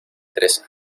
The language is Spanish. tres